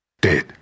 Dead